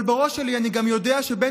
אבל בראש שלי אני גם יודע שבן-גוריון